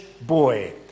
boy